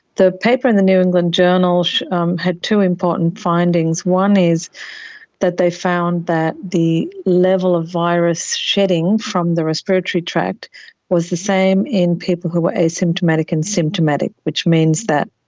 the paper in the new england journal um had two important findings. one is that they found that the level of virus shedding from the respiratory tract was the same in people who were asymptomatic and symptomatic, which means that